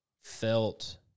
felt